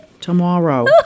Tomorrow